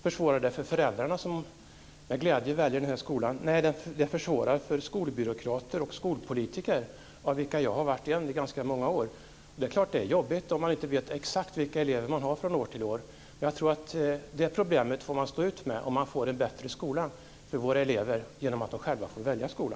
Försvårar det för föräldrarna som med glädje väljer en friskola? Nej, det försvårar för skolbyråkrater och skolpolitiker, av vilka jag har varit en i ganska många år. Det är klart att det är jobbigt om man inte vet exakt vilka elever man har från år till år. Men jag tror att man får stå ut med det problemet om man får en bättre skola för eleverna genom att de själva får välja skola.